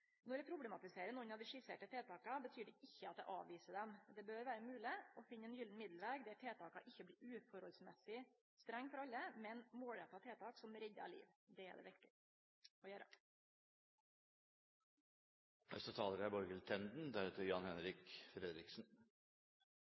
Når eg problematiserer nokre av dei skisserte tiltaka, betyr det ikkje at eg avviser dei. Det bør vere mogleg å finne ein gyllen middelveg der tiltaka ikkje blir uforholdsmessig strenge for alle, men målretta tiltak som reddar liv. Det er det viktig å